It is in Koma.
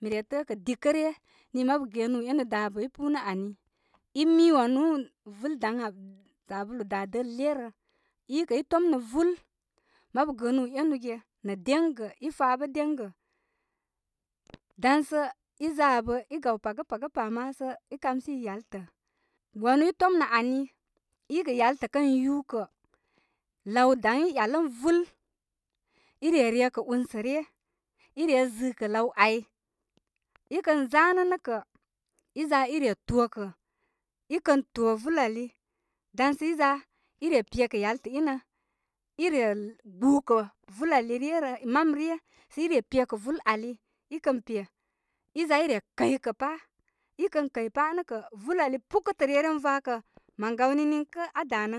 Mi re tə'ə' kə' dikə' ryə nii mabu gəə nuu enu dabə i puu nə ani. I mi wanubarubar sabulu daa dəle rə. I kə' i tom nə vul. Mabu gəənubarubar enu ge- nə deŋgə, i fa bə deŋgə dan sə i za abə i gaw paga, paga pa ma sə i kam si yai tə. Wanu i tomnə ani, i katunr' yaltə kən yu kə, law daŋ i yal ə vul. i re re kə unsə ryə i re zɨkə law ay. i kən zanə nə kə, i za i re tokə i kə to. vul ali, dan sə i za i re pe kə' yaltə i nə i re gbukə vul ali re rə mam ryə sə i re pe kə' vul ali, i kən pe i za i re kəy kə pa. i kən kəy pa nə kə vul ali pukətə, reren vakə' mən gawni niŋkə aa danə.